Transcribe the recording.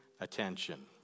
attention